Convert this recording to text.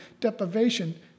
deprivation